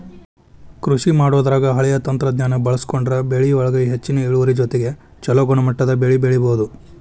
ಕೃಷಿಮಾಡೋದ್ರಾಗ ತಳೇಯ ತಂತ್ರಜ್ಞಾನ ಬಳಸ್ಕೊಂಡ್ರ ಬೆಳಿಯೊಳಗ ಹೆಚ್ಚಿನ ಇಳುವರಿ ಜೊತೆಗೆ ಚೊಲೋ ಗುಣಮಟ್ಟದ ಬೆಳಿ ಬೆಳಿಬೊದು